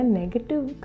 negative